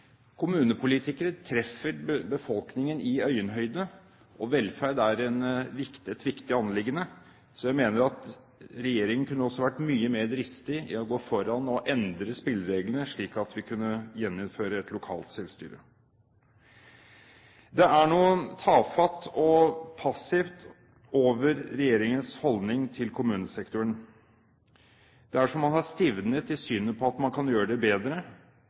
Kommunepolitikere treffer befolkningen i øyehøyde, og velferd er et viktig anliggende. Så jeg mener at regjeringen kunne også vært mye mer dristig i å gå foran og endre spillereglene, slik at vi kunne gjeninnføre et lokalt selvstyre. Det er noe tafatt og passivt over regjeringens holdning til kommunesektoren. Det er som om man har stivnet i synet på å kunne gjøre det bedre